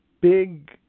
big